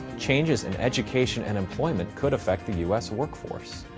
changes in education and employment could affect the u s. workforce.